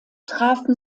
trafen